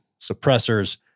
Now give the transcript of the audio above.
suppressors